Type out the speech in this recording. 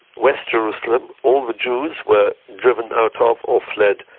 west jerusalem, all the jews were driven out ah of, or fled,